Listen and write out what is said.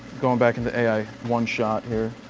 going back into ai one shot here.